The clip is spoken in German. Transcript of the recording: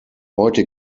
heute